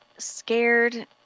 scared